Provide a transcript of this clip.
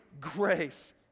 grace